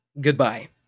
goodbye